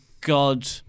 God